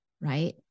right